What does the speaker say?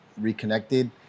reconnected